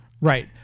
Right